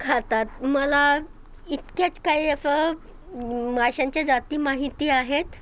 खातात मला इतक्यात काही असं माशांच्या जाती माहीत आहेत